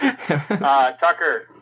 Tucker